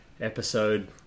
episode